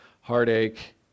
heartache